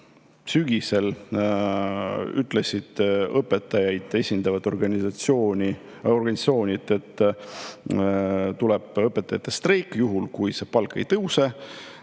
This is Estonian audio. sügisel ütlesid õpetajaid esindavad organisatsioonid, et tuleb õpetajate streik, juhul kui palk ei tõuse,